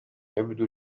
يبدو